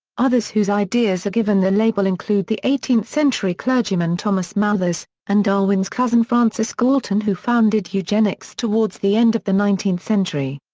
others whose ideas are given the label include the eighteenth century clergyman thomas malthus, and darwin's cousin francis galton who founded eugenics towards the end of the nineteenth century.